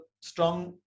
strong